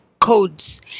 codes